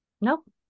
Nope